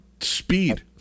Speed